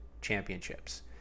championships